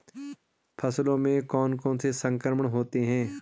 फसलों में कौन कौन से संक्रमण होते हैं?